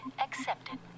accepted